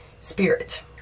spirit